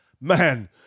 Man